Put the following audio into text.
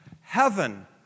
Heaven